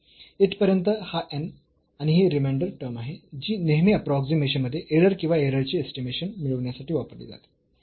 इथपर्यंत हा n आणि ही रिमेंडर टर्म आहे जी नेहमी अप्रोक्सीमेशन मध्ये एरर किंवा एररचे इस्टीमेशन मिळविण्यासाठी वापरली जाते